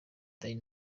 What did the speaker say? danny